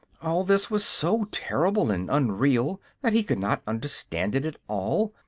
all this was so terrible and unreal that he could not understand it at all,